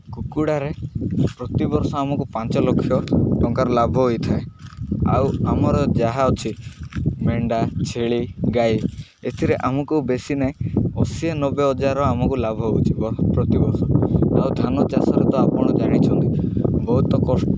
କୁକୁଡ଼ାରେ ପ୍ରତିବର୍ଷ ଆମକୁ ପାଞ୍ଚ ଲକ୍ଷ ଟଙ୍କାର ଲାଭ ହୋଇଥାଏ ଆଉ ଆମର ଯାହା ଅଛି ମେଣ୍ଢା ଛେଳି ଗାଈ ଏଥିରେ ଆମକୁ ବେଶି ନାହିଁ ଅଶୀ ନବେ ହଜାର ଆମକୁ ଲାଭ ହେଉଛିି ପ୍ରତିବର୍ଷ ଆଉ ଧାନ ଚାଷରେ ତ ଆପଣ ଜାଣିଛନ୍ତି ବହୁତ କଷ୍ଟ